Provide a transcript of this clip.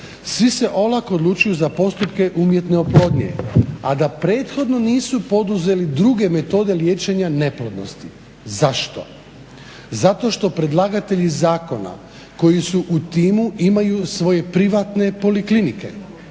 Svi se olako odlučuju za postupke umjetne oplodnje a da prethodno nisu poduzeli duge metode liječenja neplodnosti. Zašto? Zato što predlagatelji zakona koji su u timu imaju svoje privatne poliklinike.